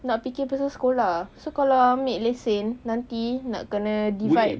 nak fikir pasal sekolah so kalau ambil lesen nanti nak kena divide